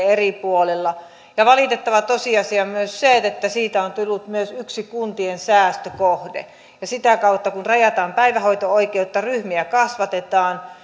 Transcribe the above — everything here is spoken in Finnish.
eri puolilla valitettava tosiasia on myös se että siitä on tullut myös yksi kuntien säästökohde sitä kautta kun rajataan päivähoito oikeutta ryhmiä kasvatetaan